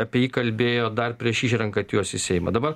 apie jį kalbėjo dar prieš išrenkant juos į seimą dabar